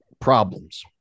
problems